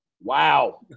Wow